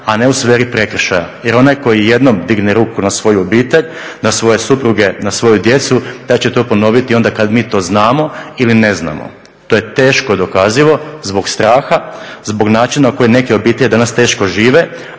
a ne u sferi prekršaja. Jer onaj koji jednom digne ruku na svoju obitelj, na svoje supruge, na svoju djecu taj će taj ponoviti onda kad mi to znamo ili ne znamo. To je teško dokazivo zbog straha, zbog načina na koje neke obitelji danas teško žive.